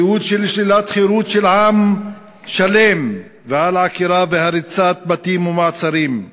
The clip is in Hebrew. מציאות של שלילת חירות של עם שלם ושל עקירה והריסת בתים ומעצרים.